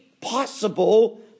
possible